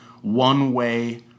one-way